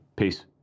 Peace